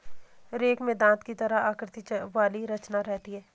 rake में दाँत की तरह आकृति वाली रचना रहती है